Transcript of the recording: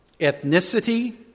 ethnicity